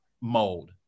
mode